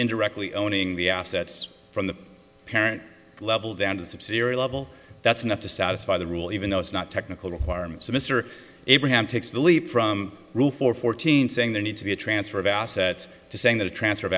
indirectly owning the assets from the parent level down to subsidiary level that's enough to satisfy the rule even though it's not technical requirements so mr abraham takes the leap from rule for fourteen saying the need to be a transfer of assets to saying that a transfer